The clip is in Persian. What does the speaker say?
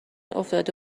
افتاده